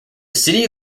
city